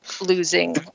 losing